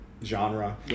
Genre